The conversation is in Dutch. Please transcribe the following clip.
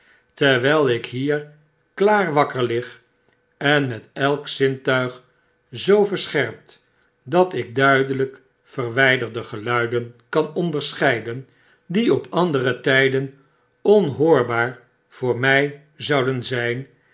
terwjjl ik hier klaar wakker lig en met elk zintuig zoo verscherpt dat ik duideljjk verwjjderde geluiden kan onderscheiden die op andere tyden onhoorbaar voor mi zouden zp